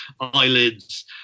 eyelids